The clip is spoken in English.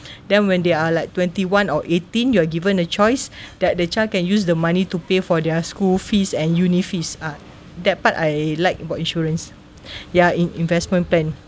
then when they are like twenty one or eighteen you're given a choice that the child can use the money to pay for their school fees and uni fees ah that part I liked about insurance ya in~ investment plan